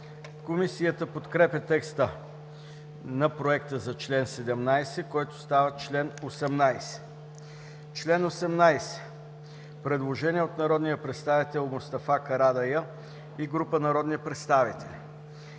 Комисията подкрепя текста на Проекта за чл. 17, който става чл. 18. По чл. 18 има предложение от народния представител Мустафа Карадайъ и група народни представители: